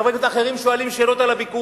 וחברי הכנסת האחרים שואלים שאלות על הביקורים.